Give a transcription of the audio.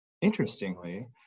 interestingly